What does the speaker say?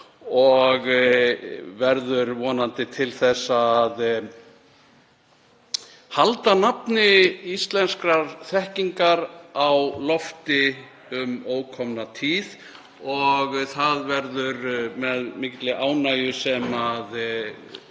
og verður vonandi til þess að halda nafni íslenskrar þekkingar á lofti um ókomna tíð. Það verður með mikilli ánægju sem ég